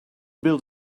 build